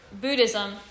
Buddhism